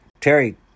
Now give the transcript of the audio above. Terry